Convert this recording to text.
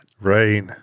Right